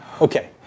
Okay